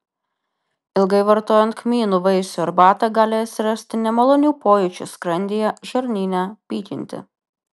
ilgai vartojant kmynų vaisių arbatą gali atsirasti nemalonių pojūčių skrandyje žarnyne pykinti